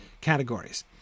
categories